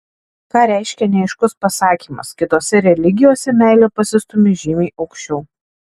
ką reiškia neaiškus pasakymas kitose religijose meilė pasistūmi žymiai aukščiau